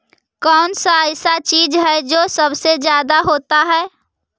कौन सा ऐसा चीज है जो सबसे ज्यादा होता है?